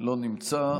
לא נמצא.